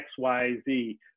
xyz